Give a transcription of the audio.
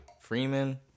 Freeman